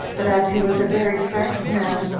but as he was a very frank man,